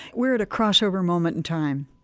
we're at a crossover moment in time,